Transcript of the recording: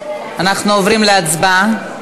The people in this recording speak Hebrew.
אנחנו עוברים להצבעה.